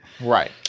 Right